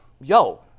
yo